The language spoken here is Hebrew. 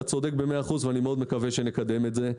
אתה צודק במאה אחוז ואני מאוד מקווה שנקדם את זה.